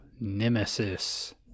Nemesis